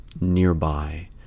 nearby